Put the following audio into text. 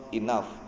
enough